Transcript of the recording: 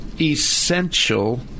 essential